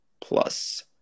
plus